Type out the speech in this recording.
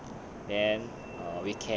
ya then